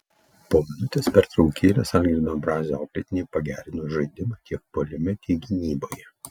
po minutės pertraukėlės algirdo brazio auklėtiniai pagerino žaidimą tiek puolime tiek gynyboje